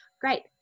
great